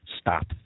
stop